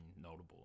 notable